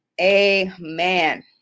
amen